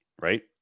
right